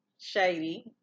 shady